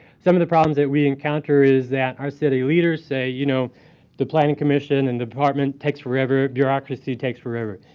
some of the problems that we encounter is that our city leaders say you know the planning commission and the department takes forever, bureaucracy takes forever.